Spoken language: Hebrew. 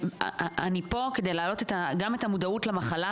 חשוב לי רק לסיים ולהגיד שאני פה כדי להעלות גם את המודעות למחלה,